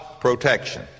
protection